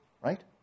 right